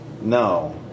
No